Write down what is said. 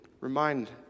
remind